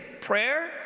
Prayer